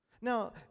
Now